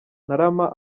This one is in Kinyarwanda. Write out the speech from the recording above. ntarama